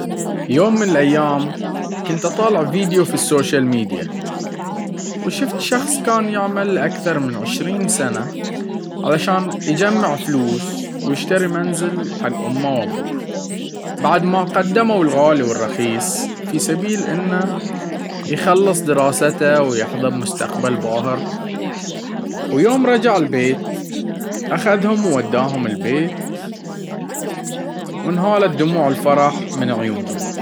يوم من الأيام كنت أطالع فيديو في السوشيل ميديا وشفت شخص كان يعمل لأكثر من 20 سنة علشان يجمع فلوس ويشتري منزل حق امه وأبوه بعد ما قدمو الغالي والرخيص في سبيل انه يخلص دراسته ويحظى بمستقبل باهر ويوم رجع البيت اخذهم ووداهم البيت وانهالت دموع الفرح من عيونهم.